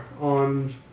on